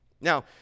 Now